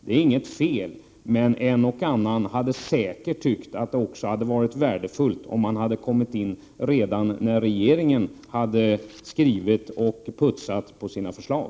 Det är inget fel i detta, men en och annan hade säkert också ansett det värdefullt att ha fått komma in redan när regeringen skrev och putsade på sina förslag.